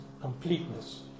completeness